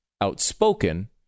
outspoken